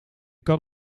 kan